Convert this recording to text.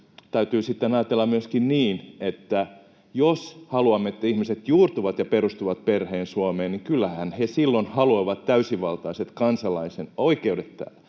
täytyy sitten ajatella myöskin niin, että jos haluamme, että ihmiset juurtuvat ja perustavat perheen Suomeen, niin kyllähän he silloin haluavat täysivaltaiset kansalaisen oikeudet täällä: